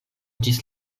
ĝis